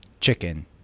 chicken